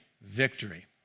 victory